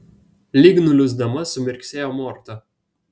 lyg nuliūsdama sumirksėjo morta